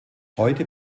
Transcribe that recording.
heute